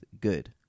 good